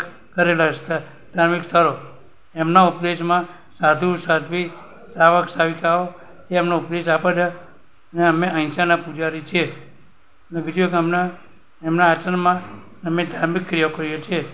કરેલા જ હતા ધાર્મિક સ્થળો એમના ઉપદેશમાં સાધુ સાધ્વી શ્રાવક શ્રાવિકાઓ જે એમનો ઉપદેશ આપે છે અને અમે અહિંસાના પૂજારી છીએ ને બીજું તમને એમના આશ્રમમાં અમે ધાર્મિક ક્રિયાઓ કરીએ છીએ